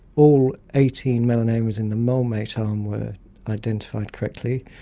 all eighteen melanomas in the molemate arm were identified correctly.